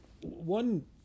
one